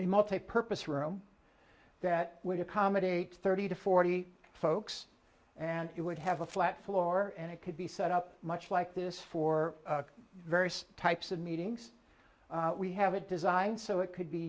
a multipurpose room that would accommodate thirty to forty folks and it would have a flat floor and it could be set up much like this for various types of meetings we have it designed so it could be